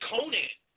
Conan